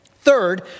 Third